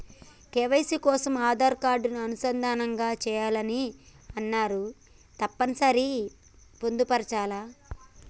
KYC కోసం Aadhaar card అనుసంధానం చేయాలని అన్నరు తప్పని సరి పొందుపరచాలా?